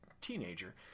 teenager